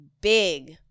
big